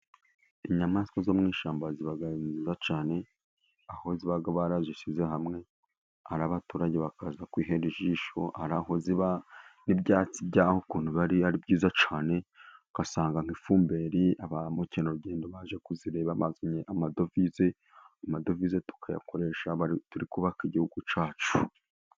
Inyamaswa zo mu ishyamba ziba cyane, aho ziba barazishyize hamwe, ahari abaturage bakaza kwihera ijisho, hari aho n'ibyatsi byaho ukuntu bari ari byiza cyane, ugasanga nk'ifumbiri ba mukerarugendo baje kuzireba amadovize tukayakoresha turi kubaka igihugu cyacu.